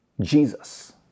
Jesus